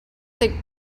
they